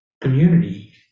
community